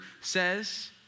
says